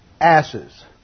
asses